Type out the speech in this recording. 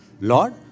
Lord